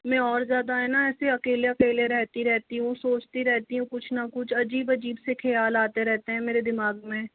मैं और ज़्यादा है ना ऐसे अकेले अकेले रहती रहती हूँ सोचती रहती हूँ कुछ न कुछ अजीब अजीब से ख़्याल आते रहते हैं मेरे दिमाग में